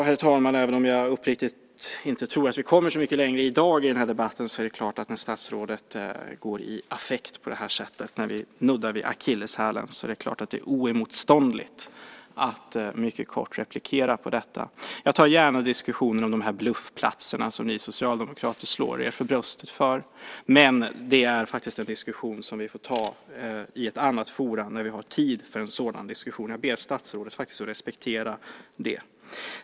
Herr talman! Jag tror uppriktigt sagt inte att vi kommer så mycket längre i den här debatten i dag. Ändå är det naturligtvis oemotståndligt, när statsrådet på det här sättet går i affekt när vi nuddar vid akilleshälen, att mycket kort replikera på detta. Jag tar gärna diskussionen om de här bluffplatserna som ni socialdemokrater slår er för bröstet för, men det är faktiskt en diskussion som vi får ta i ett annat forum när vi har tid för en sådan. Jag ber faktiskt statsrådet att respektera det.